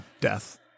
death